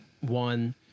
one